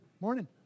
Morning